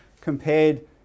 compared